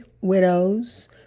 widows